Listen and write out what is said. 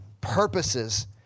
purposes